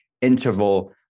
interval